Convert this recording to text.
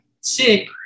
sick